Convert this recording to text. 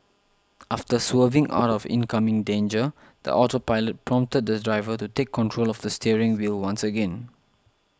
after swerving out of incoming danger the autopilot prompted the driver to take control of the steering wheel once again